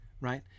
right